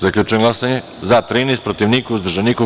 Zaključujem glasanje: za – 13, protiv – niko, uzdržanih – nema.